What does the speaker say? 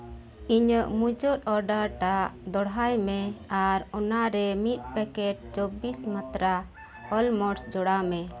ᱤᱧᱟᱹᱜ ᱢᱩᱪᱟᱹᱫ ᱚᱰᱟᱨ ᱴᱟᱜ ᱫᱚᱦᱲᱟᱭ ᱢᱮ ᱟᱨ ᱚᱱᱟ ᱨᱮ ᱢᱤᱫ ᱯᱮᱠᱮᱴ ᱪᱚᱵᱵᱤᱥ ᱢᱟᱛᱛᱨᱟ ᱚᱞᱢᱳᱥᱴ ᱡᱚᱲᱟᱣ ᱢᱮ